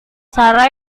cara